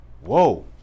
Whoa